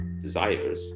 desires